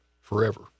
forever